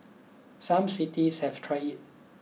some cities have tried it